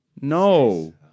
No